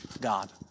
God